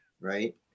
right